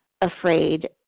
afraid